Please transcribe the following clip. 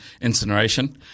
incineration